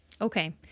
Okay